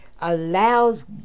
allows